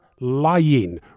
lying